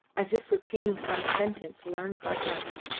as if repeating some sentence learned by heart,